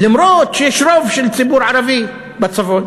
מחוזית, אף שיש רוב של ציבור ערבי בצפון.